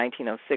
1906